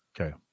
Okay